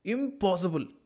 Impossible